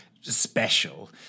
special